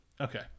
Okay